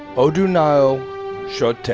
odunayo shote.